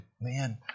man